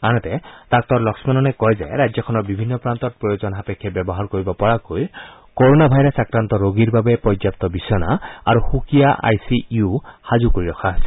আনহাতে শ্ৰীলক্ষণনে কয় যে ৰাজ্যখনৰ বিভিন্ন প্ৰান্তত প্ৰয়োজন সাপেক্ষে ব্যৱহাৰ কৰিব পৰাকৈ ক'ৰ'ণা ভাইৰাছ আক্ৰান্ত ৰোগীৰ বাবে পৰ্যাপ্ত বিছনা আৰু সুকীয়া আই চি ইউ সাজু কৰি ৰখা হৈছে